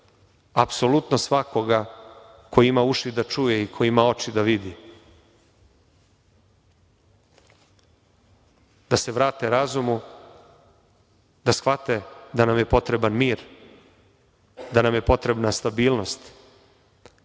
apsolutno svakoga ko ima uši da čuje i ko ima oči da vidi, da se vrate razumu, da shvate da nam je potreban mir, da nam je potrebna stabilnost,